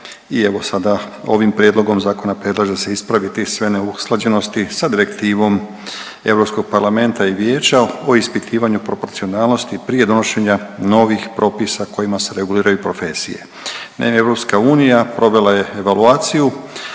i evo sada ovim prijedlogom zakona predlaže se ispraviti sve neusklađenosti sa direktivom Europskog parlamenta i vijeća o ispitivanju proporcionalnosti prije donošenja novih propisa kojima se reguliraju profesije. Naime, EU provela je evaluaciju